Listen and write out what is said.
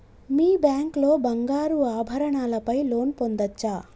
మీ bank లో బంగారు ఆభరణాల పై లోన్ పొందచ్చా?